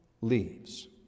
leaves